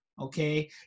okay